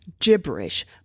gibberish